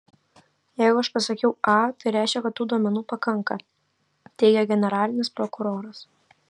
jeigu aš pasakiau a tai reiškia kad tų duomenų pakanka teigė generalinis prokuroras